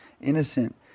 innocent